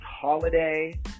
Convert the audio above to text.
holiday